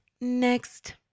Next